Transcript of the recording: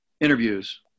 interviews